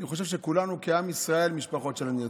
אני חושב שכולנו כעם ישראל משפחות של הנרצחים.